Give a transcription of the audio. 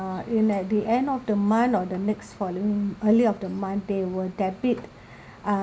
uh in at the end of the month or the next following early of the month they will debit uh